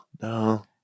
no